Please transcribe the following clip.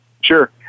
Sure